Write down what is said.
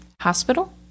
Hospital